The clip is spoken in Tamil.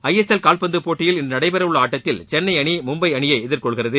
ஐ எஸ் எல் கால்பந்து போட்டியில் இன்று நடைபெறவுள்ள ஆட்டத்தில் சென்னை அணி மும்பை அணியை எதிர்கொள்கிறது